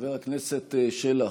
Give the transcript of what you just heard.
חבר הכנסת שלח,